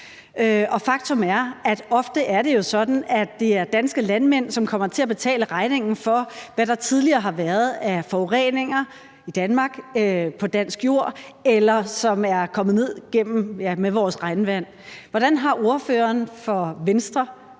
faktum er, at det jo ofte er sådan, at det er danske landmænd, som kommer til at betale regningen for, hvad der tidligere har været af forureninger i Danmark, på dansk jord, eller som er kommet ned med vores regnvand. Hvordan har ordføreren for Venstre,